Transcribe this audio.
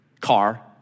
car